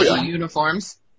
uniforms